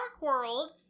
World